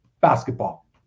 basketball